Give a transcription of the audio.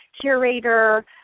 curator